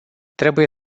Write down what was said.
trebuie